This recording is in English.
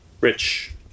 Rich